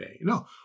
No